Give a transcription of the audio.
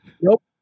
Nope